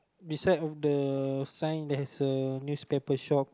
beside of the sign there is a newspaper shop